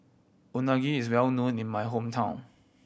unagi is well known in my hometown